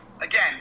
again